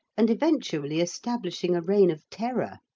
and eventually establishing a reign of terror.